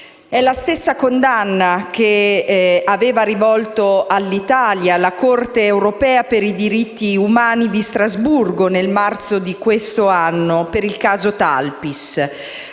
È la stessa condanna che aveva rivolto all'Italia la Corte europea dei diritti dell'uomo di Strasburgo, nel marzo di quest'anno, per il caso Talpis.